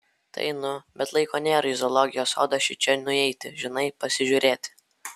tai nu bet laiko nėra į zoologijos sodą šičia nueiti žinai pasižiūrėti